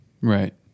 Right